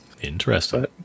Interesting